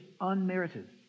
Unmerited